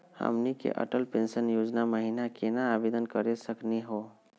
हमनी के अटल पेंसन योजना महिना केना आवेदन करे सकनी हो?